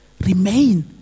remain